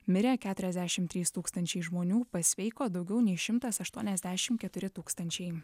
mirė keturiasdešimt trys tūkstančiai žmonių pasveiko daugiau nei šimtas aštuoniasdešimt keturi tūkstančiai